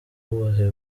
ubuhe